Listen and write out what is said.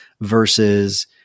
versus